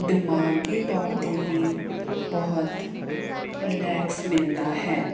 ਦਿਮਾਗੀ ਤੌਰ 'ਤੇ ਵੀ ਬਹੁਤ ਰਿਲੈਕਸ ਮਿਲਦਾ ਹੈ